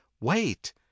Wait